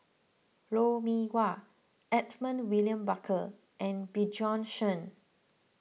Lou Mee Wah Edmund William Barker and Bjorn Shen